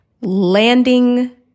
landing